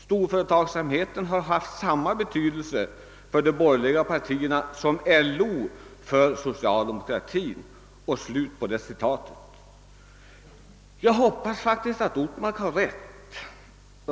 Storföretagsamheten har haft samma betydelse för de borgerliga partierna som LO för socialdemokratin.» Jag hoppas att Ortmark har rätt.